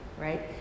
right